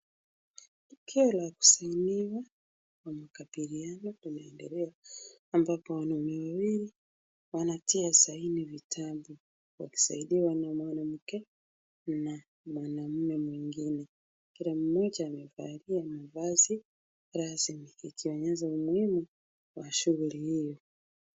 Tukio la kuzimiwa na makabiliano linaendelea ambapo wanaume wawili wanatia saini vitabu, wakisaidiwa na mwanamke na mwanaume. Kila mmoja amevalia mavazi rasmi, ikionyesha umuhimu wa shughuli hiyo.